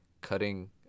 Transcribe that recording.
cutting